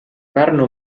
pärnu